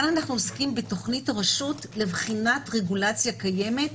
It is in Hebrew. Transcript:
פה אנחנו עוסקים בתוכנית הרשות לבחינת רגולציה קיימת,